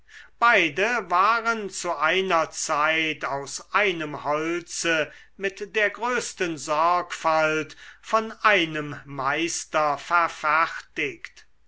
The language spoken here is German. beide waren zu einer zeit aus einem holze mit der größten sorgfalt von einem meister verfertigt